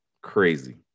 crazy